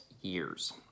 years